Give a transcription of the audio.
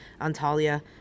Antalya